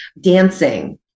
dancing